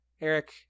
Eric